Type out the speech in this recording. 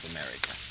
America